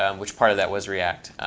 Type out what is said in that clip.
um which part of that was react.